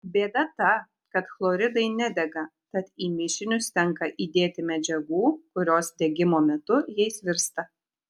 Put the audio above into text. bėda ta kad chloridai nedega tad į mišinius tenka įdėti medžiagų kurios degimo metu jais virsta